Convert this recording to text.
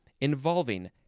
involving